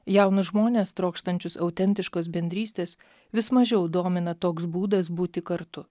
jaunus žmones trokštančius autentiškos bendrystės vis mažiau domina toks būdas būti kartu